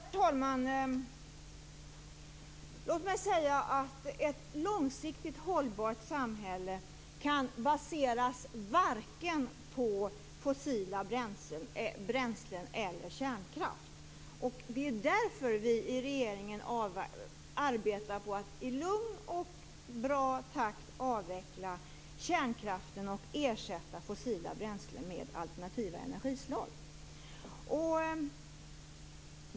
Herr talman! Låt mig säga att ett långsiktigt hållbart samhälle kan baseras varken på fossila bränslen eller på kärnkraft. Det är därför vi i regeringen arbetar på att i lugn och bra takt avveckla kärnkraften och ersätta fossila bränslen med alternativa energislag.